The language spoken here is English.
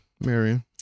Marion